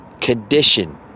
condition